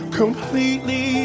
completely